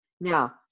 Now